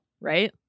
right